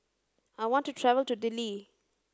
I want to travel to Dili